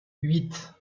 huit